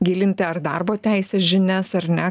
gilinti ar darbo teisės žinias ar ne